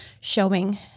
showing